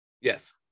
Yes